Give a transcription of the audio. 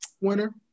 Winner